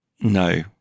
No